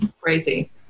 crazy